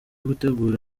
gutegura